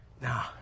Nah